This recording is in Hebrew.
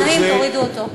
סדרנים, תורידו אותו.